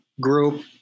group